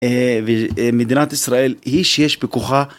מדינת ישראל היא שיש בכוחה.